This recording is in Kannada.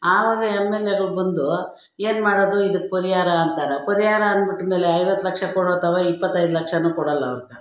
ಆವಾಗ ಎಮ್ ಎಲ್ ಎಗಳು ಬಂದು ಏನ್ಮಾಡೋದು ಇದಕ್ಕೆ ಪರಿಹಾರ ಅಂತಾರೆ ಪರಿಹಾರ ಅಂದ್ಬಿಟ್ಮೇಲೆ ಐವತ್ತು ಲಕ್ಷ ಕೊಡೋ ತವ ಇಪ್ಪತ್ತೈದು ಲಕ್ಷವೂ ಕೊಡಲ್ಲವ್ರು ತಾ